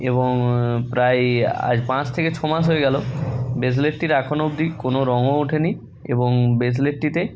এবং প্রায় আজ পাঁচ থেকে ছ মাস হয়ে গেল ব্রেসলেটটির এখনও অবধি কোনো রংও ওঠেনি এবং ব্রেসলেটটিতে